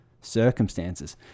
circumstances